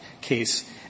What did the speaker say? case